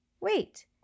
Wait